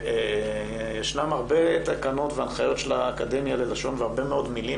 יש הרבה תקנות והנחיות של האקדמיה ללשון והרבה מאוד מילים